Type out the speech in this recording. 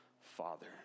Father